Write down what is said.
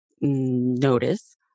notice